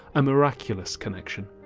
a miraculous connection.